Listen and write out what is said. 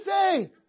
say